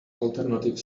alternative